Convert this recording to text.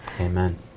Amen